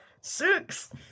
Six